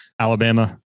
Alabama